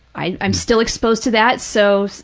i'm still exposed to that. so